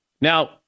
Now